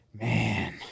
Man